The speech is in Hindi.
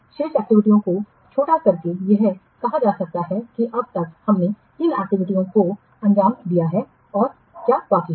शेष एक्टिविटीयों को छोटा करके यह कहा जा सकता है कि अब तक हमने किन एक्टिविटीयों को अंजाम दिया है और क्या बाकी हैं